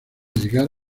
llegar